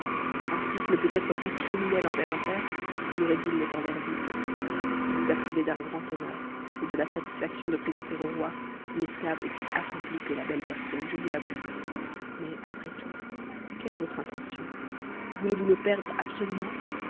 un fils ne peut être plus criminel envers un père que nouj st envers vous ï vous a prive d'un grand honneur et de la m i faction de présenter au roi une esclave aussi accomplie que la belle n i siotine je ravoue mais après tout quelle est votre intention voulezt ms c perdre absolument